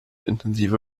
intensive